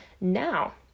Now